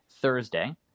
Thursday